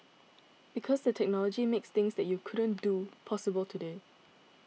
because the technology makes things that you couldn't do possible today